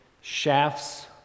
shafts